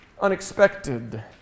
unexpected